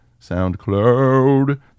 SoundCloud